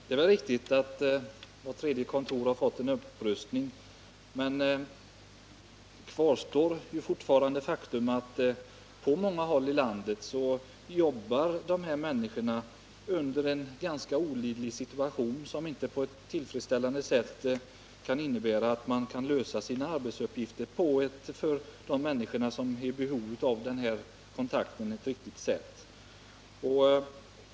Det är väl riktigt att vart tredje kontor har fått en upprustning, men kvar står fortfarande det faktum att på många håll i landet är arbetsförmedlarna i en olidlig situation, somY gör att de inte kan lösa sina Nr 34 arbetsuppgifter på ett för de människor som har behov av kontakt med arbetsförmedlare riktigt sätt.